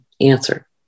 answer